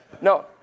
No